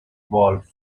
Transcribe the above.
wolf